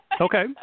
Okay